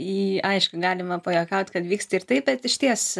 į aišku galima pajuokaut kad vyksta ir taip bet išties